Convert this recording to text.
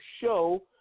show